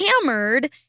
hammered